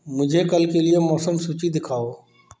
मुझे कल के लिए मौसम सूची दिखाओ